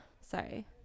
sorry